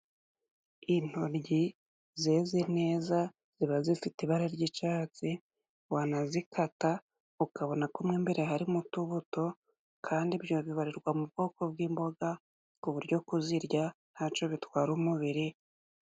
Intoryi zeze neza ziba zifite ibara ry'icatsi wanazikata ukabona ko mwo imbere harimo utubuto, kandi ibyo bibarirwa mu bwoko bw'imboga ku buryo kuzirya ntaco bitwara umubiri.